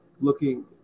looking –